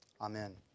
Amen